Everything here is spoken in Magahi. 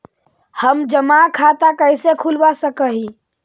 हम जमा खाता कैसे खुलवा सक ही?